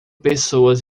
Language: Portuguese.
pessoas